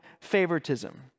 favoritism